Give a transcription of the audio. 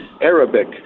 arabic